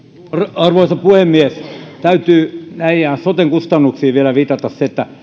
arvoisa puhemies täytyy näihin soten kustannuksiin vielä viitata